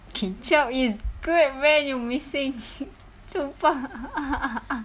kicap is good man you're missing sumpah